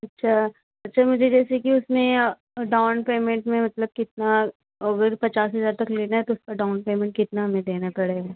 अच्छा अच्छा मुझे जैसे कि उसमें डाउन पेमेंट में मतलब कितना अगर पचास हजार तक लेना है तो उसका डाउन पेमेंट कितना हमें देना पड़ेगा